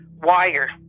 wire